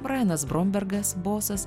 pranas brombergas bosas